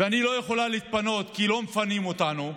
ואני לא יכולה להתפנות כי לא מפנים אותנו,